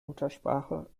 muttersprache